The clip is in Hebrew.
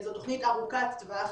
זו תוכנית ארוכת טווח,